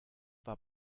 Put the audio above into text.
war